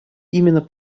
именно